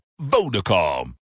Vodacom